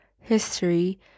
history